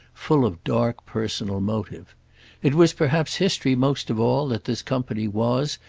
full of dark personal motive it was perhaps history most of all that this company was,